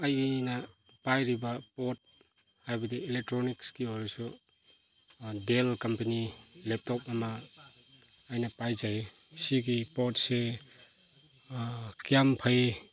ꯑꯩꯅ ꯄꯥꯏꯔꯤꯕ ꯄꯣꯠ ꯍꯥꯏꯕꯗꯤ ꯑꯦꯂꯦꯛꯇ꯭ꯔꯣꯅꯤꯛꯁꯀꯤ ꯑꯣꯏꯔꯁꯨ ꯗꯦꯜ ꯀꯝꯄꯅꯤ ꯂꯦꯞꯇꯣꯞ ꯑꯃ ꯑꯩꯅ ꯄꯥꯏꯖꯔꯤ ꯁꯤꯒꯤ ꯄꯣꯠꯁꯤ ꯀꯌꯥꯝ ꯐꯩ